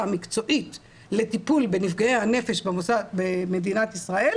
המקצועית לטיפול בנפגעי הנפש במדינת ישראל,